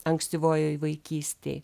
ankstyvojoj vaikystėj